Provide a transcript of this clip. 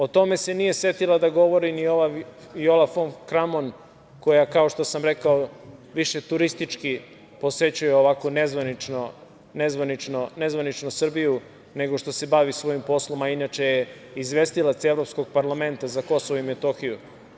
O tome se nije setila da govori ni ova Viola fon Kramon koja, kao što sam rekao, više turistički posećuje, ovako nezvanično, Srbiju nego što se bavi svojim poslom, a inače je izvestilac Evropskog parlamenta za Kosovo i Metohiju.